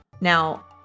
Now